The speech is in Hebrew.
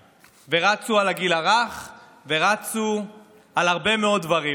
ורצו על הגיל הרך ורצו על הרבה מאוד דברים,